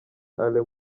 alain